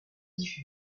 gifu